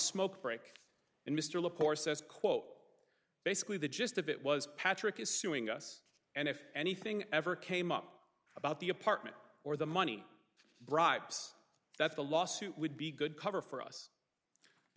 smoke break and mr le pore says quote basically the gist of it was patrick is suing us and if anything ever came up about the apartment or the money bribes that's the lawsuit would be good cover for us